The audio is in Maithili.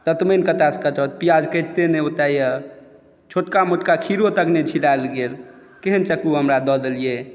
दत्तमनि कतऽसँ ओ तऽ प्याज कटिते नहि यऽ छोटका मोटका खीरो तक नहि छिलाएल गेल केहन चक्कु हमरा दए देलिऐ